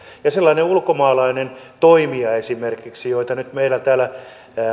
esimerkiksi sellainen ulkomaalainen toimija joita nyt meillä täällä